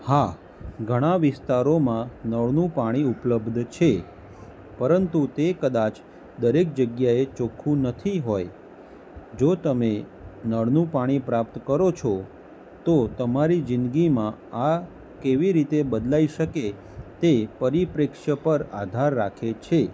હા ઘણા વિસ્તારોમાં નળનું પાણી ઉપલબ્ધ છે પરંતુ તે કદાચ દરેક જગ્યાએ ચોખ્ખું નથી હોય જો તમે નળનું પાણી પ્રાપ્ત કરો છો તો તમારી જિંદગીમાં આ કેવી રીતે બદલાઈ શકે તે પરિપ્રેક્ષ્ય પર આધાર રાખે છે